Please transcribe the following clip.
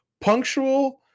punctual